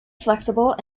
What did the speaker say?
flexible